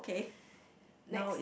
next